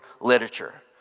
literature